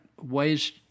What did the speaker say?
ways